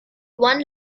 one